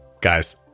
Guys